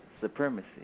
supremacy